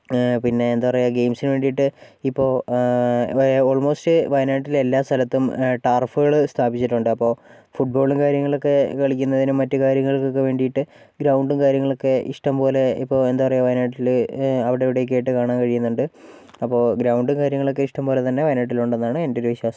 ആ പിന്നെ എന്താ പറയുക ഗെയിമിസിന് വേണ്ടിയിട്ട് ഇപ്പോൾ ഓൾമോസ്റ്റ് വായനാട്ടിലെല്ലാ സ്ഥലത്തും ടർഫുകള് സ്ഥാപിച്ചിട്ടുണ്ട് അപ്പോൾ ഫുട്ബോള് കാര്യങ്ങളൊക്കെ കളിക്കുന്നതിനും മറ്റ് കാര്യങ്ങൾക്കൊക്കെ വേണ്ടിയിട്ട് ഗ്രൗണ്ട് കാര്യങ്ങളൊക്കെ ഇഷ്ട്ടം പോലെ ഇപ്പോൾ എന്താ പറയുക വായനാട്ടില് അവിടെ ഇവിടെ ഒക്കെ ആയിട്ട് കാണാൻ കഴിയുന്നുണ്ട് അപ്പോൾ ഗ്രൗണ്ട് കാര്യങ്ങളൊക്ക ഇഷ്ട്ടം പോലെ തന്നെ വായനാട്ടിലുണ്ടെന്നാണ് എൻ്റെ ഒരു വിശ്വാസം